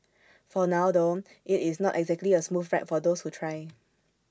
for now though IT is not exactly A smooth ride for those who try